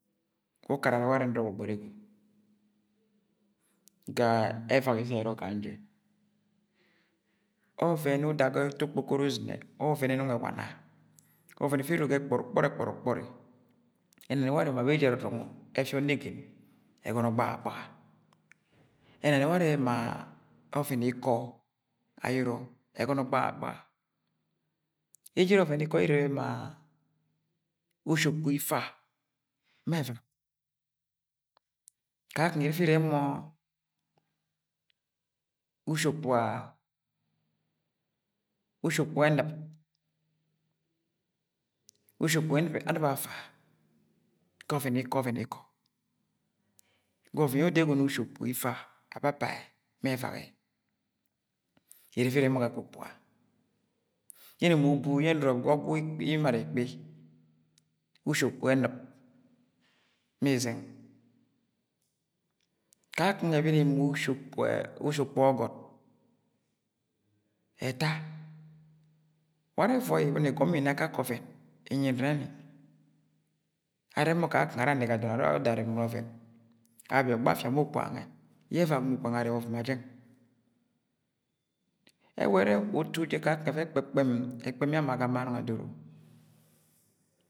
. wu ukarare warẹ nurọ gbọgbọrigwud, ga ẹvak ise ayọrọ gang jẹ ọvẹn uda ga ẹtọ okpokoro uzṫnẹ ọvẹn ẹnọng ẹwana ọvẹn efe ere ga ekpọri–ukpori, ekpọri–ukpọri ẹna ni warẹ ma beji erọrọngọ ẹfi onegen ọgọnọ gbaga–gbaga ẹna ni ware ma ọvẹn ikọ ayọrọ ẹgọnọ gbaga–gbaga, ejere ọvẹn iko ye iri ẹrẹbẹ ma ushi ukpug ifa ma ẹvak kakọng iri ifi irẹb mọ ushi ukpuga, ushi ukpuga ẹntip, ushi ukpuga anṫp afa gọ ọvẹn ikọ, ọvẹn ikọ, ga ọvẹn yẹ odo ẹgọnọ ushi ukpuga ifa ababẹ ma ẹvak ẹ, iri ifi ireb mọ ga Ake ukpuga. Yẹnẹ ma ubu yẹ nuro ga ọgwu ikpi imara ikpi, ushi ukpuga ẹnṫp ma izeng kakung ẹbi ni ma ushi ukpuga ushi ukpuga ọgọt ẹta ware ẹvọi ibọni igọm mọ ina akake ọvẹn inyi nẹrẹ ni, arẹb mọ kakung ara anẹgẹ adọn arẹ oh odo arẹbẹ ni ọvẹn abi ogbọ afia ma okpuga nwẹ yẹ ẹuọi agọmọ okpuga nwe arẹbẹ ọvẹn ma jẹng, ẹwẹ ẹrẹ utu jẹ kakung ẹfẹ ẹkpẹkpẹm, ẹkpẹm yẹ ama ga ama anung adoro.